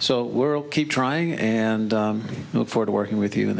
so world keep trying and hope for to working with you in